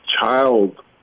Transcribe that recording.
child